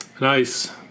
Nice